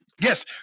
Yes